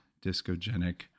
discogenic